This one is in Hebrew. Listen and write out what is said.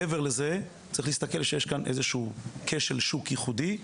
מעבר לזה צריך להסתכל שיש כאן איזשהו כשל שוק ייחודי.